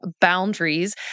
boundaries